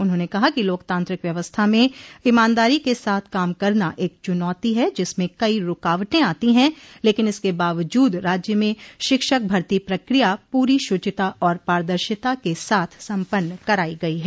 उन्होंने कहा कि लोकतांत्रिक व्यवस्था में इमानदारी के साथ काम करना एक चुनौती है जिसमें कई रूकावटे आती हैं लेकिन इसके बावजूद राज्य में शिक्षक भर्ती प्रक्रिया पूरी शुचिता और पारदर्शिता के साथ सम्पन्न कराई गई है